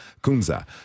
Kunza